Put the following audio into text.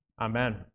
Amen